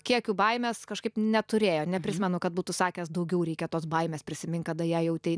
kiekiu baimės kažkaip neturėjo neprisimenu kad būtų sakęs daugiau reikia tos baimės prisimink kada ją jautei